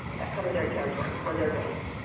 cover their territory, or their base.